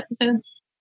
episodes